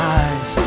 eyes